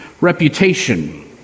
reputation